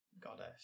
goddess